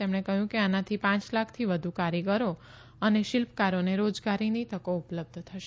તેમણે કહ્યું કે આનાથી પાંચ લાખથી વધુ કારીગરો અને શિલ્પકારોને રોજગારીની તકો ઉપલબ્ધ થશે